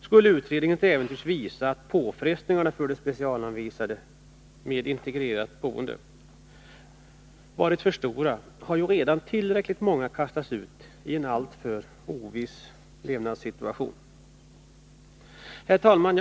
Skulle utredningen till äventyrs visa att påfrestningarna för de specialanvisade med integrerat boende varit för stora, har ju redan tillräckligt många kastats ut i en alltför oviss levnadssituation. Herr talman!